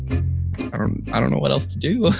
um i don't know what else to do